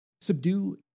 subdue